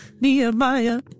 Nehemiah